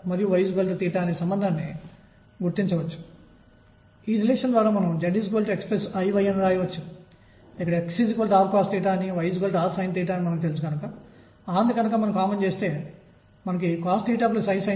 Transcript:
కాబట్టి దీని అర్థం ఏమిటంటే ఒక కణం ఆవర్తన చలనంపీరియాడిక్ మోషన్ చేస్తుంటే అప్పుడు 0 నుండి T వరకు అవధులుగా గల మొత్తం వ్యవధిని సమాకలనం చేయాలి p అనేది మొమెంటం ద్రవ్యవేగం x దిశలలో p ఆవర్తన చలనంపీరియాడిక్ మోషన్ చేస్తుంటే px dx తీసుకుంటారని